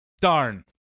Darn